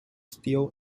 steel